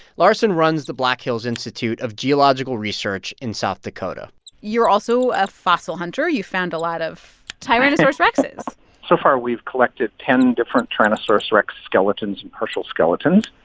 larson runs the black hills institute of geological research in south dakota you're also a fossil hunter. you've found a lot of tyrannosaurus rexes so far, we've collected ten different tyrannosaurus rex skeletons and partial skeletons.